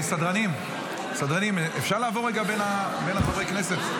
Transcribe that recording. סדרנים, אפשר לעבור בין חברי הכנסת?